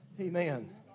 Amen